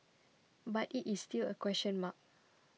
but it is still a question mark